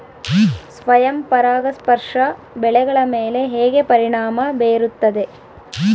ಸ್ವಯಂ ಪರಾಗಸ್ಪರ್ಶ ಬೆಳೆಗಳ ಮೇಲೆ ಹೇಗೆ ಪರಿಣಾಮ ಬೇರುತ್ತದೆ?